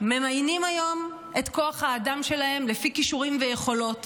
ממיינים היום את כוח האדם שלהם לפי כישורים ויכולות,